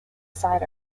side